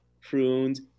pruned